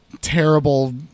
terrible